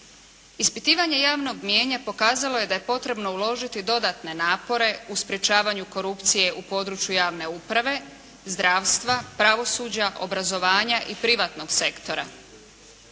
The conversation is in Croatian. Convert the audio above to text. Ispitivanje javnog mnijenja pokazalo je da je potrebno uložiti dodatne napore u sprječavanju korupcije u području javne uprave, zdravstva, pravosuđa, obrazovanja i privatnog sektora.